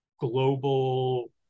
global